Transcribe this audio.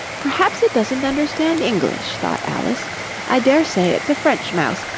perhaps it doesn't understand english thought alice i daresay it's a french mouse,